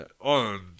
on